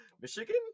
Michigan